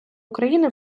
україни